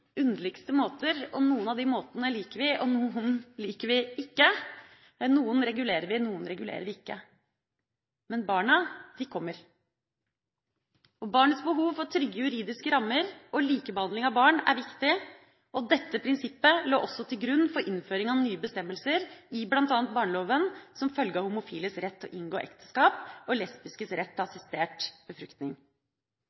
underligste måter. Noen av de måtene liker vi, noen liker vi ikke, noen regulerer vi, noen regulerer vi ikke – men barna, de kommer. Barnets behov for trygge juridiske rammer og likebehandling av barn er viktig. Dette prinsippet lå også til grunn for innføring av nye bestemmelser i bl.a. barneloven som følge av homofiles rett til å inngå ekteskap og lesbiskes rett til